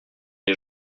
les